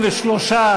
23,